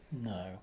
No